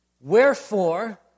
Wherefore